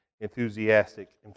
enthusiastic